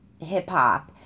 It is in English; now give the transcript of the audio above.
hip-hop